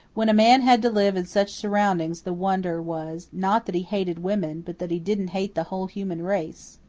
when a man had to live in such surroundings the wonder was, not that he hated women, but that he didn't hate the whole human race.